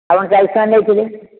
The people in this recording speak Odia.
ଆପଣ ଚାଳିଶ ଟଙ୍କାରେ ନେଇଥିଲେ